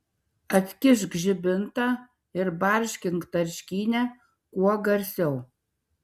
atkišk žibintą ir barškink tarškynę kuo garsiau